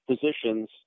positions